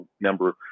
number